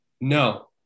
No